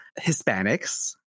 Hispanics